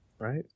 Right